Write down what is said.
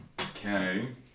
Okay